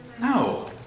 No